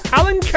Alan